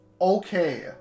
okay